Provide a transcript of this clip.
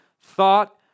thought